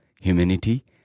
humanity